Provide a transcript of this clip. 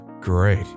great